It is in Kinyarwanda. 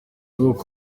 n’ubwo